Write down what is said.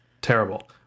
terrible